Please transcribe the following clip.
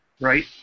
Right